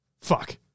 Fuck